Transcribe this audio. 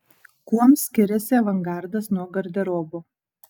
kuom skiriasi avangardas nuo garderobo